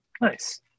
nice